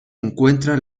encuentra